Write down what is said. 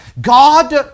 God